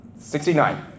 69